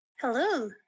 Hello